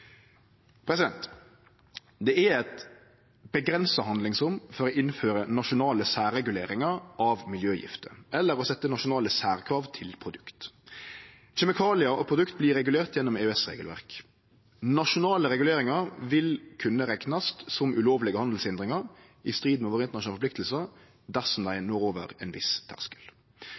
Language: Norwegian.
Det er eit avgrensa handlingsrom for å innføre nasjonale særreguleringar av miljøgifter eller å setje nasjonale særkrav til produkt. Kjemikaliar og produkt vert regulerte gjennom EØS-regelverk. Nasjonale reguleringar vil kunne reknast som ulovlege handelshindringar, i strid med dei internasjonale forpliktingane våre, dersom dei går over ein viss terskel.